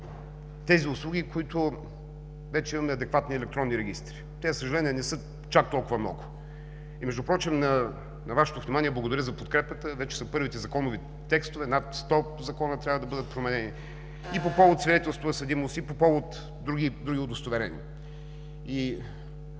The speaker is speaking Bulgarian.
тези услуги, за които вече имаме адекватни електронни регистри. Те, за съжаление, не са чак толкова много. На Вашето внимание, благодаря за подкрепата! Вече са готови първите законови текстове. Над 100 закона трябва да бъдат променени и по повод на свидетелството за съдимост, и по повод на други удостоверения.